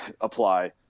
apply